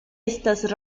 estas